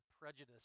prejudice